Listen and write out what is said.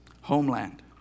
homeland